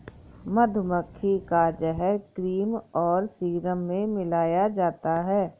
मधुमक्खी का जहर क्रीम और सीरम में मिलाया जाता है